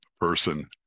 person